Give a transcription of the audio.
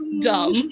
dumb